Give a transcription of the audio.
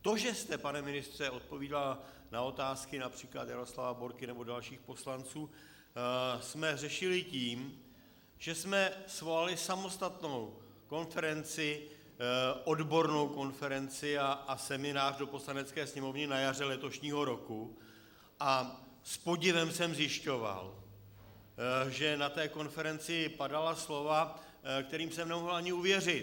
To, že jste, pane ministře, odpovídal na otázky např. Jaroslava Borky nebo dalších poslanců, jsme řešili tím, že jsme svolali samostatnou konferenci, odbornou konferenci a seminář do Poslanecké sněmovny na jaře letošního roku, a s podivem jsem zjišťoval, že na té konferenci padala slova, kterým jsem nemohl ani uvěřit.